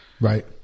right